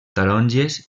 taronges